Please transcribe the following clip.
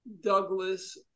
Douglas